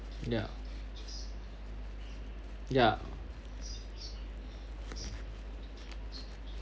ya ya